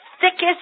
thickest